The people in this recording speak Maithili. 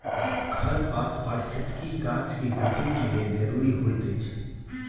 खरपात पारिस्थितिकी गाछ के वृद्धि के लेल ज़रूरी होइत अछि